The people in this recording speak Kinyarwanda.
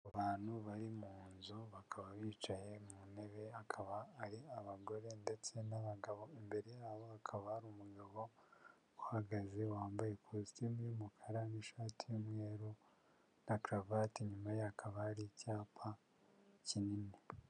Abantu bari mu nzu bakaba bicaye mu ntebe akaba ari abagore ndetse n'abagabo, imbere yabo hakaba hari umugabo uhagaze wambaye kositimu y'umukara n'ishati y'umweru na karuvati, inyuma ye hakaba hari icyapa kinini.